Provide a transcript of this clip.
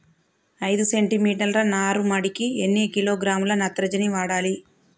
ఐదు సెంటి మీటర్ల నారుమడికి ఎన్ని కిలోగ్రాముల నత్రజని వాడాలి?